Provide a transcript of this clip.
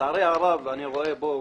לצערי הרב אני שומע פה